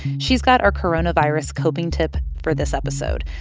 she's got our coronavirus coping tip for this episode.